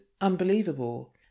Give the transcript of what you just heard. unbelievable